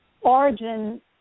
origin